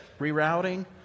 rerouting